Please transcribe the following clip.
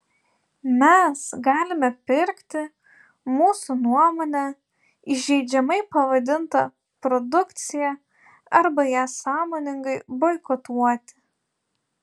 mes galime pirkti mūsų nuomone įžeidžiamai pavadintą produkciją arba ją sąmoningai boikotuoti